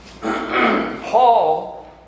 Paul